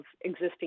existing